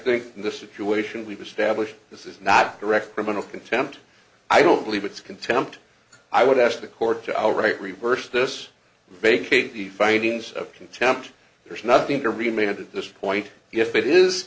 think in this situation we've established this is not correct criminal contempt i don't believe it's contempt i would ask the court to outright reverse this vacate the findings of contempt there's nothing to remain at this point if it is